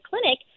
clinic